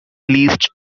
leased